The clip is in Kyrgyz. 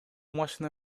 машина